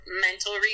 mental